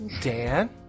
Dan